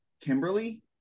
Kimberly